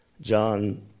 John